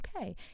okay